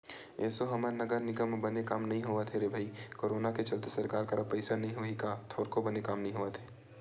एसो हमर नगर निगम म बने काम नइ होवत हे रे भई करोनो के चलत सरकार करा पइसा नइ होही का थोरको बने काम नइ होवत हे